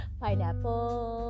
pineapple